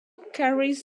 carries